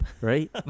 right